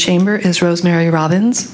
chamber is rosemary robbins